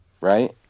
Right